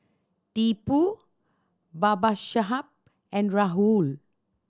Tipu Babasaheb and Rahul